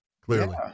Clearly